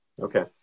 Okay